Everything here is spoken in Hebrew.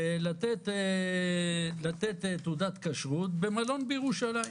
ולתת תעודת כשרות במלון בירושלים.